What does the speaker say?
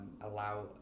allow